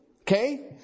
Okay